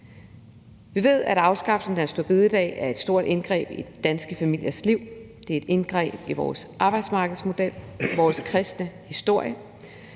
Vi ved, at afskaffelsen af store bededag er et stort indgreb i danske familiers liv. Det er et indgreb i vores arbejdsmarkedsmodel og i vores kristne historie.